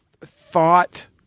thought